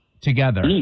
together